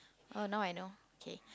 oh now I know okay